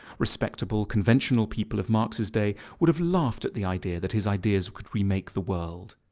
respectable, conventional people of marx's day would have laughed at the idea that his ideas could remake the world.